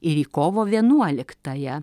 ir į kovo vienuoliktąją